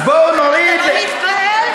אתה לא מתפעל?